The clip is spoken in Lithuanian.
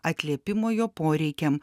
atliepimo jo poreikiam